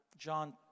John